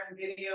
video